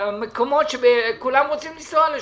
במקומות שכולם רוצים לנסוע אליהם.